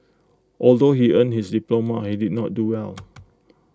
although he earned his diploma he did not do well